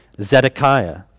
Zedekiah